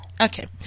Okay